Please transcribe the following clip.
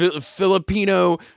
Filipino